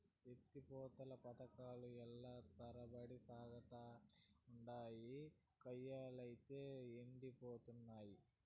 ఎత్తి పోతల పదకాలు ఏల్ల తరబడి సాగతానే ఉండాయి, కయ్యలైతే యెండిపోతున్నయి